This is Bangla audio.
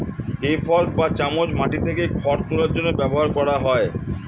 হে ফর্ক বা চামচ মাটি থেকে খড় তোলার জন্য ব্যবহার করা হয়